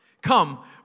Come